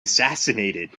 assassinated